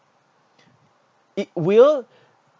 it will